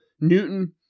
Newton